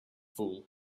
fool